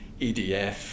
EDF